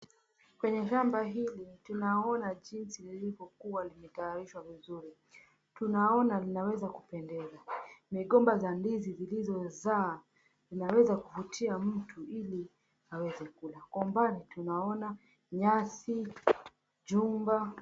Kwenye shamba hili tunaona jinsi lilivyokuwa limetayarishwa vizuri. Tunaona linaweza kupendeza. Migomba za ndizi zilizozaliwa zinaweza kuvutia mtu ili aweze kula. Kwa mbali tunaona nyasi, chumba.